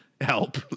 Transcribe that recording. help